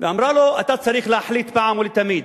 ואמרה לו: אתה צריך להחליט אחת ולתמיד,